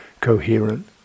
coherent